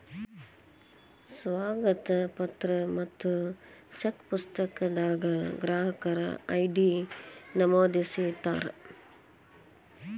ಸ್ವಾಗತ ಪತ್ರ ಮತ್ತ ಚೆಕ್ ಪುಸ್ತಕದಾಗ ಗ್ರಾಹಕರ ಐ.ಡಿ ನಮೂದಿಸಿರ್ತಾರ